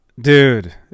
Dude